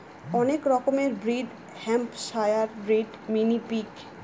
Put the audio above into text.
অনেক রকমের breed Hampshire breed, mini pig